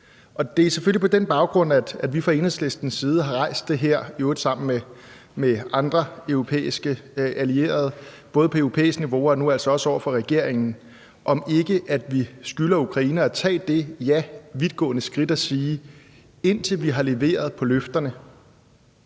Det er selvfølgelig på den baggrund, at vi fra Enhedslistens side har rejst det her, i øvrigt sammen med andre europæiske allierede, både på europæisk niveau og nu altså også over for regeringen, om, om ikke, at vi skylder Ukraine at tage det, ja, vidtgående skridt og sige: Indtil vi har leveret på løfterne